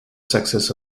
success